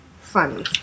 funny